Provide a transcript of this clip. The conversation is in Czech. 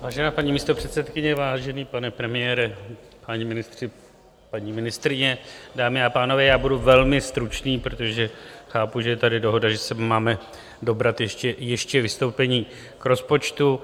Vážená paní místopředsedkyně, vážený pane premiére, páni ministři, paní ministryně, dámy a pánové, já budu velmi stručný, protože chápu, že je tady dohoda, že se máme dobrat ještě vystoupení k rozpočtu.